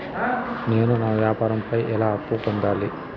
నేను నా వ్యాపారం పై ఎలా అప్పు పొందాలి?